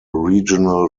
regional